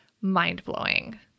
mind-blowing